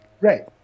Right